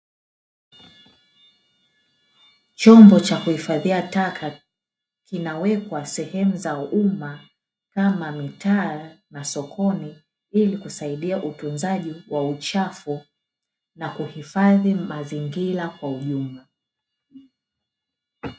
Chombo cha kuhifadhia taka kinawekwa sehemu za uma kama mitaa na sokoni ili kusaidia utunzaji wa uchafu na kuhifadhi mazingira kwa ujumla.